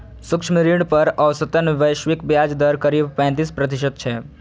सूक्ष्म ऋण पर औसतन वैश्विक ब्याज दर करीब पैंतीस प्रतिशत छै